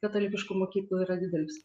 katalikiškų mokyklų yra didelis